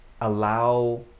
allow